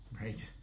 Right